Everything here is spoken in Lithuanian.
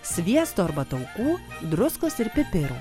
sviesto arba taukų druskos ir pipirų